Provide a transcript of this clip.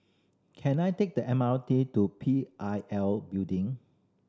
can I take the M R T to P I L Building